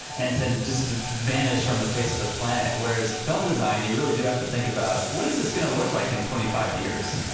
and and just to vanish from the face of the planet. whereas film design, you really do have to think about what is this going to look like in twenty five years?